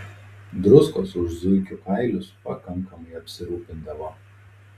druskos už zuikių kailius pakankamai apsirūpindavo